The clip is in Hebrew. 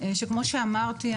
שכמו שאמרתי,